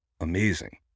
amazing